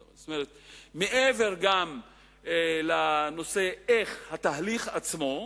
מעבר לנושא איך התהליך עצמו,